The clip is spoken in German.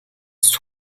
ist